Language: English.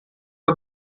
are